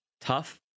tough